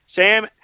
Sam